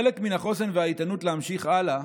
חלק מן החוסן והאיתנות להמשיך הלאה